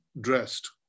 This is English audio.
dressed